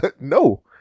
no